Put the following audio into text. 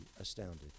astounded